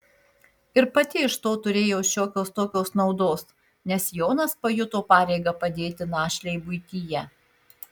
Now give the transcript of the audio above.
ir pati iš to turėjo šiokios tokios naudos nes jonas pajuto pareigą padėti našlei buityje